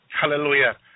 Hallelujah